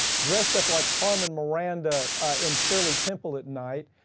dressed up like carmen miranda and shirley temple at night.